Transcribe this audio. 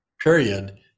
period